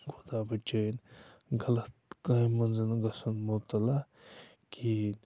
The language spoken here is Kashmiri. خۄدا بَچٲیِن غلط کامہِ منٛز گژھُن مُبتَلا کِہیٖنۍ